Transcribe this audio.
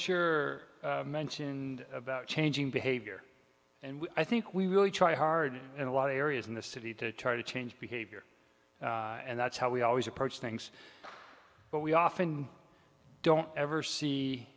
you're mentioned about changing behavior and i think we really try hard in a lot of areas in the city to try to change behavior and that's how we always approach things but we often don't ever see